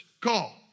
call